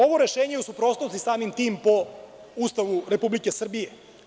Ovo rešenje je u suprotnosti, samim tim, po Ustavu Republike Srbije.